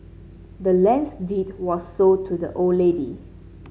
the land's deed was sold to the old lady